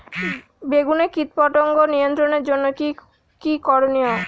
বেগুনে কীটপতঙ্গ নিয়ন্ত্রণের জন্য কি কী করনীয়?